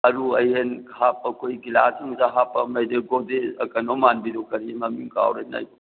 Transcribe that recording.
ꯑꯔꯨ ꯑꯍꯦꯟ ꯍꯥꯞꯄ ꯑꯩꯈꯣꯏꯒꯤ ꯒ꯭ꯂꯥꯁ ꯅꯨꯡꯀ ꯍꯥꯞꯄ ꯑꯃ ꯂꯩꯕꯗꯣ ꯒꯣꯗ꯭ꯔꯦꯖ ꯀꯩꯅꯣ ꯃꯥꯟꯕꯤꯗꯣ ꯀꯔꯤ ꯃꯃꯤꯡ ꯀꯥꯎꯔꯦꯅꯦ